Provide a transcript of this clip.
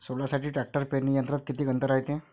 सोल्यासाठी ट्रॅक्टर पेरणी यंत्रात किती अंतर रायते?